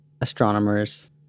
astronomers